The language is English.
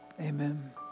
amen